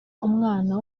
umwana